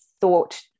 thought